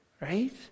right